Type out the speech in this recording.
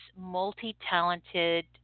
multi-talented